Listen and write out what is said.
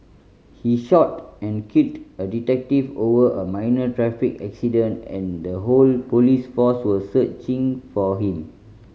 he shot and killed a detective over a minor traffic accident and the whole police force was searching for him